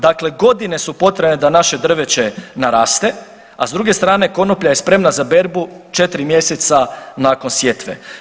Dakle, godine su potrebne da naše drveće naraste, a s druge strane konoplja je spremna za berbu 4 mjeseca nakon sjetve.